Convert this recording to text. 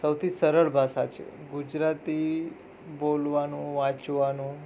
સૌથી સરળ ભાષા છે ગુજરાતી બોલવાનું વાંચવાનું